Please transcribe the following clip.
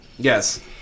Yes